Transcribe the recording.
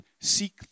seek